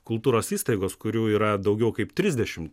kultūros įstaigos kurių yra daugiau kaip trisdešim